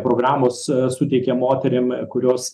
programos suteikia moterim kurios